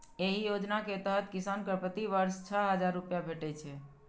एहि योजना के तहत किसान कें प्रति वर्ष छह हजार रुपैया भेटै छै